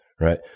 Right